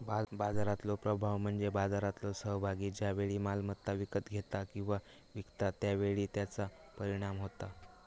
बाजारातलो प्रभाव म्हणजे बाजारातलो सहभागी ज्या वेळी मालमत्ता विकत घेता किंवा विकता त्या वेळी त्याचा परिणाम होता